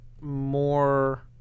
more